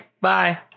Bye